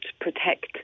protect